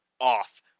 off